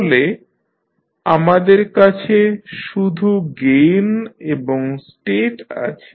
তাহলে আমাদের কাছে শুধু গেইন এবং স্টেট আছে